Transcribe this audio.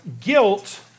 guilt